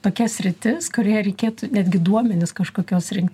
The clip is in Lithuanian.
tokia sritis kurioje reikėtų netgi duomenis kažkokius rinkt